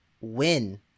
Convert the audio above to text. win